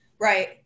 Right